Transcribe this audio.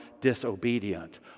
disobedient